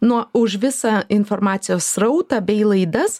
nuo už visą informacijos srautą bei laidas